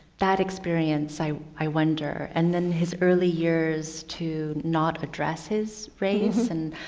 that experience i i wonder, and then his early years to not address his race and